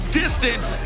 distance